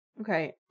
okay